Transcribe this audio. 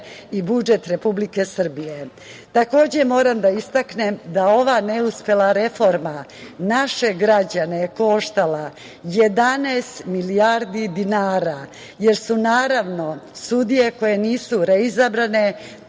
i budžet Republike Srbije. Takođe, moram da istaknem da je ova neuspela reforma naše građane koštala 11 milijardi dinara, jer su sudije koje nisu reizabrane